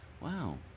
wow